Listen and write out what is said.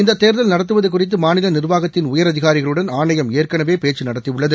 இந்த தேர்தல் நடத்துவது குறித்து மாநில நிர்வாகத்தின் உயர் அதிகாரிகளுடன் ஆணையம் எற்கனவே பேச்சு நடத்தியுள்ளது